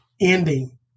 ending